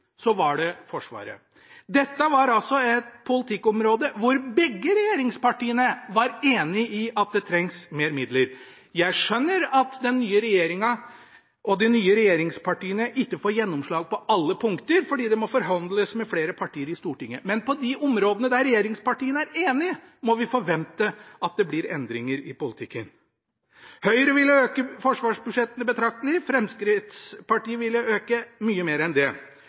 så var det Forsvaret. Dette er et politikkområde hvor begge regjeringspartiene var enige om at det trengs mer midler. Jeg skjønner at den nye regjeringen og de nye regjeringspartiene ikke får gjennomslag på alle punkter fordi det må forhandles med flere partier i Stortinget, men på de områdene der regjeringspartiene er enige, må vi forvente at det blir endringer i politikken. Høyre ville øke forsvarsbudsjettene betraktelig. Fremskrittspartiet ville øke mye mer enn det.